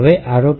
હવે ROP